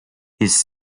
his